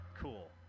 cool